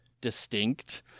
distinct